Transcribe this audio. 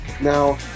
Now